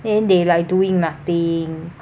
then they like doing nothing